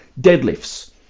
deadlifts